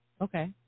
Okay